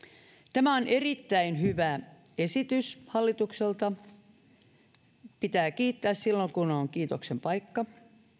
tämä on erittäin hyvä esitys hallitukselta pitää kiittää silloin kun on kiitoksen paikka